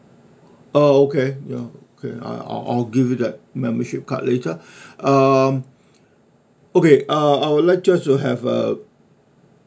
ah okay ya okay uh I'll I'll give you that membership card later uh okay uh I would like you to have uh